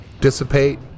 Dissipate